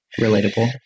relatable